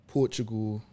Portugal